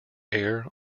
air